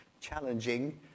challenging